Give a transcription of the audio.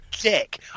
dick